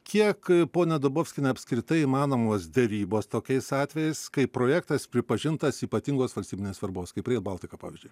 kiek ponia dubovskiene apskritai įmanomos derybos tokiais atvejais kai projektas pripažintas ypatingos valstybinės svarbos kaip rail baltica pavyzdžiui